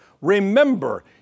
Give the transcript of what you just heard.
Remember